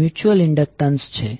તો માની